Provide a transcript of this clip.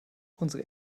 unsere